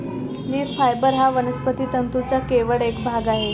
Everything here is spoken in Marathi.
लीफ फायबर हा वनस्पती तंतूंचा केवळ एक भाग आहे